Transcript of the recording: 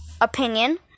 opinion